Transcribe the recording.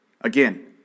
Again